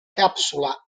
capsula